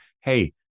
Hey